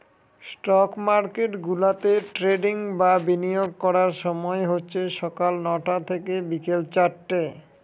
stock market গুলাতে trading বা বিনিয়োগ করার সময় হচ্ছে সকাল নটা থেকে বিকেল চারটে